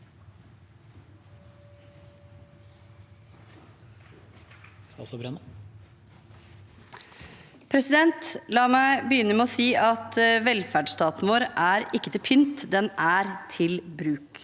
La meg begynne med å si at velferdsstaten vår ikke er til pynt, den er til bruk.